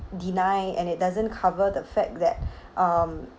deny and it doesn't cover the fact that um